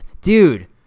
dude